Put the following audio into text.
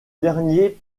dernier